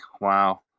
wow